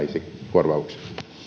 korvauksia